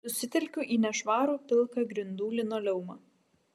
susitelkiu į nešvarų pilką grindų linoleumą